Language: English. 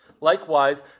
Likewise